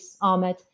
Ahmed